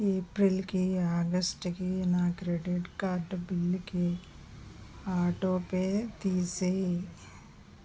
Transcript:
ఏప్రిల్కి ఆగస్ట్కి నా credit card బిల్లుకి ఆటో పే తీసేయి